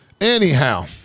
Anyhow